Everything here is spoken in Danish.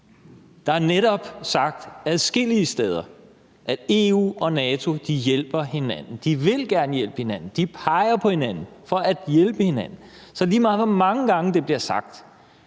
Der er netop sagt adskillige steder, at EU og NATO hjælper hinanden. De vil gerne hjælpe hinanden, de peger på hinanden for at hjælpe hinanden. Så lige meget hvor mange gange det bliver sagt,